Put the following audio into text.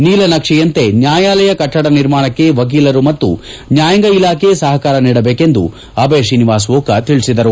ನೀಲನಕ್ಷೆಯಂತೆ ನ್ಯಾಯಾಲಯ ಕಟ್ಟಡ ನಿರ್ಮಾಣಕ್ಕೆ ವಕೀಲರು ಮತ್ತು ನ್ಯಾಯಾಂಗ ಇಲಾಖೆ ಸಹಕಾರ ನೀಡಬೇಕೆಂದು ಅಭಯ್ ಶ್ರೀನಿವಾಸ್ ಓಕಾ ತಿಳಿಸಿದರು